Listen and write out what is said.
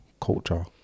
culture